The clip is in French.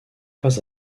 pas